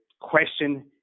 question